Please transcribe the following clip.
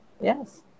Yes